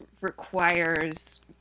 requires –